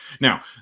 Now